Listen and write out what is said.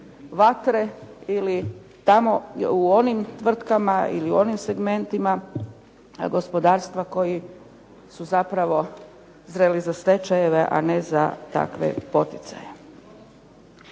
vatre ili tamo u onim tvrtkama ili u onim segmentima gospodarstva koji su zapravo zreli za stečajeve, a ne za takve poticaje.